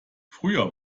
früher